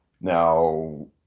Now